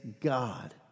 God